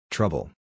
Trouble